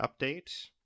update